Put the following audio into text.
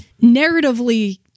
narratively